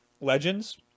Legends